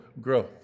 growth